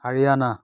Haryana